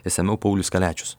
išsamiau paulius kaliačius